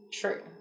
True